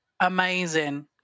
Amazing